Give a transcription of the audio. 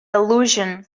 allusion